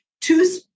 two